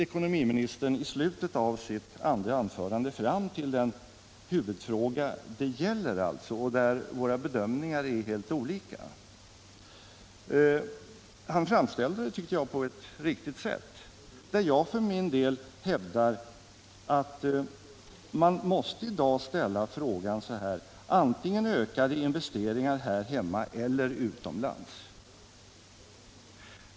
Ekonomiministern kom i slutet av sitt anförande fram till huvudfrågan, där våra bedömningar är helt olika. Jag hävdar för min del att man i dag måste framställa saken så här: vi ökar investeringarna antingen här hemma eller utomlands.